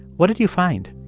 what did you find?